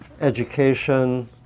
education